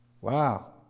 Wow